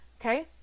Okay